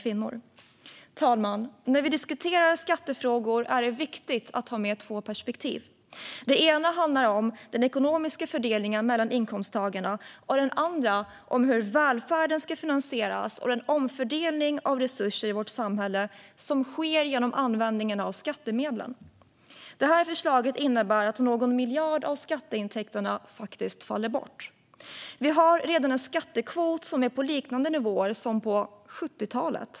Fru talman! När vi diskuterar skattefrågor är det viktigt att ha med två perspektiv. Det ena handlar om den ekonomiska fördelningen mellan inkomsttagarna, och det andra handlar om hur välfärden ska finansieras och den omfördelning av resurser i vårt samhälle som sker genom användningen av skattemedlen. Det här förslaget innebär att någon miljard av skatteintäkterna faller bort. Vi har redan en skattekvot som är på liknande nivåer som på 70-talet.